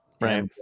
right